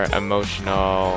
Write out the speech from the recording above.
emotional